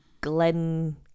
glen